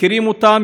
מכירים אותם,